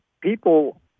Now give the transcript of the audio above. people